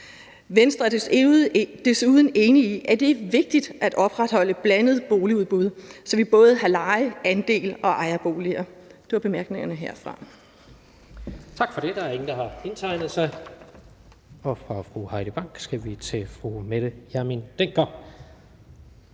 Venstre er desuden enig i, at det er vigtigt at opretholde et blandet boligudbud, så vi både har leje-, andels- og ejerboliger.